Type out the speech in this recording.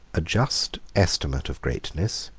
a just estimate of greatness,